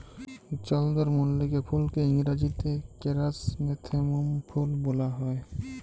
চলদরমল্লিকা ফুলকে ইংরাজিতে কেরাসনেথেমুম ফুল ব্যলা হ্যয়